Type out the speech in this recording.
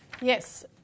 Yes